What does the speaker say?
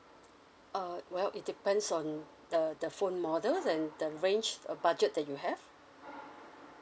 uh well it depends on the the phone models and the range uh budget that you have